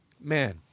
man